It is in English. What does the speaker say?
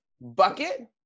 bucket